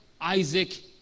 Isaac